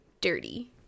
dirty